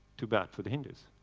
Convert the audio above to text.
too bad for the hindus.